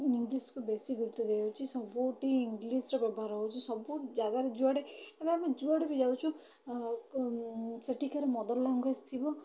English କୁ ବେଶୀ ଗୁରୁତ୍ୱ ଦିଆଯାଉଛି ସବୁଠି ଇଂଗ୍ଲିଶ୍ ର ବ୍ୟବହାର ହେଉଛି ସବୁ ଜାଗାରେ ଯୁଆଡ଼େ ଏବେ ଆମେ ଯୁଆଡ଼େ ବି ଯାଉଛୁ ସେଠିକାର ମଦର୍ ଲାଙ୍ଗୁଏଜ୍ ଥିବ